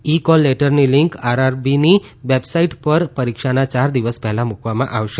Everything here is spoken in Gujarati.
ઈ કૉલ લેટરની લીંક આરઆરબીની વેબસાઈટ પર પરીક્ષાના ચાર દિવસ પહેલા મૂકવામાં આવશે